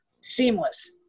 seamless